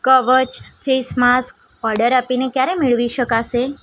કવચ face mask order આપીને ક્યારે મેળવી શકાશે